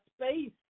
space